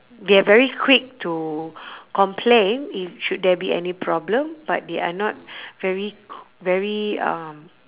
they are very quick to complain if should there be any problem but they are not very very uh